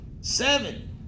seven